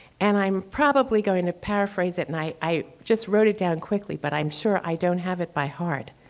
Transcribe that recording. and i'm probably going to paraphrase it, and i i just wrote it down quickly. but i'm sure i don't have it by heart.